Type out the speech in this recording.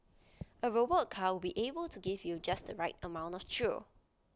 A robot car would be able to give you just the right amount of thrill